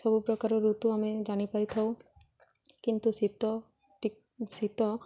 ସବୁ ପ୍ରକାର ଋତୁ ଆମେ ଜାଣିପାରି ଥାଉ କିନ୍ତୁ ଶୀତ ଶୀତ